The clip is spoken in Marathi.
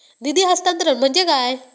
निधी हस्तांतरण म्हणजे काय?